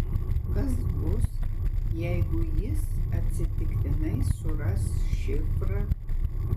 kas bus jeigu jis atsitiktinai suras šifrą